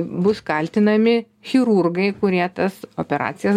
bus kaltinami chirurgai kurie tas operacijas